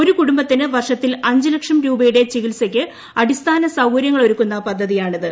ഒരു കുടുംബത്തിന് പ്രർഷത്തിൽ അഞ്ച് ലക്ഷം രൂപയുടെ ചികിത്സയ്ക്ക് അടിസ്മാന് സൌകര്യങ്ങളൊരുക്കുന്ന പദ്ധതിയാണിത്